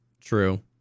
true